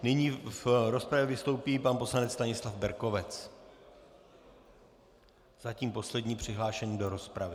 Nyní v rozpravě vystoupí pan poslanec Stanislav Berkovec, zatím poslední přihlášený do rozpravy.